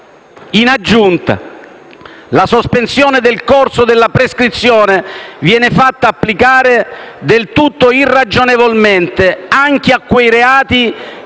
In aggiunta, la sospensione del corso della prescrizione viene fatta applicare «del tutto irragionevolmente, anche a quei reati